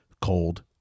Cold